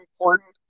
important